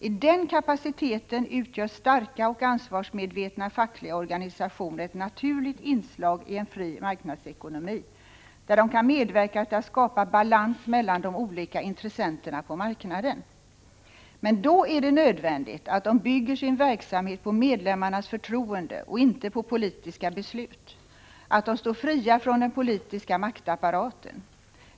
I den kapaciteten utgör starka och ansvarsmedvetna fackliga organisationer ett naturligt inslag i en fri marknadsekonomi, där de kan medverka till att skapa balans mellan de olika intressenterna på marknaden. Men då är det nödvändigt att de bygger sin verksamhet på medlemmarnas förtroende och inte på politiska beslut och att de står fria från den politiska maktapparaten.